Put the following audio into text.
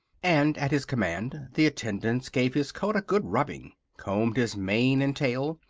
and at his command the attendants gave his coat a good rubbing, combed his mane and tail,